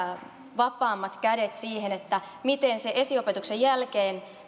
vapaammat kädet siihen miten se esiopetuksen jälkeen